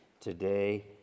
today